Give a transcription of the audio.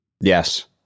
Yes